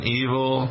evil